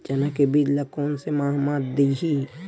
चना के बीज ल कोन से माह म दीही?